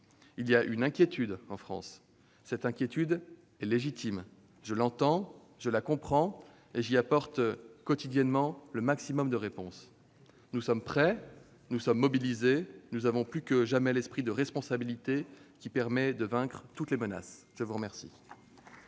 Il y a une inquiétude en France. Cette inquiétude est légitime. Je l'entends, je la comprends et j'y apporte quotidiennement le maximum de réponses. Nous sommes prêts, nous sommes mobilisés et nous avons plus que jamais l'esprit de responsabilité qui permet de vaincre toutes les menaces ! La parole